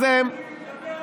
כמו שאתה מדבר על,